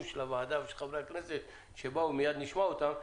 של הוועדה ושל חברי הכנסת ומיד נשמע אותם.